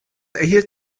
erhielt